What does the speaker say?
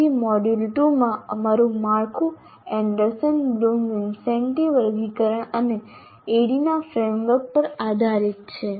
તેથી મોડ્યુલ 2 માં અમારું માળખું એન્ડરસન બ્લૂમ વિન્સેન્ટી વર્ગીકરણ અને ADDIE ફ્રેમવર્ક પર આધારિત છે